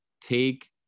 take